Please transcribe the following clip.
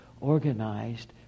organized